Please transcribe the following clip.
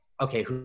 Okay